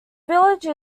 village